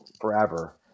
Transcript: forever